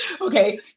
okay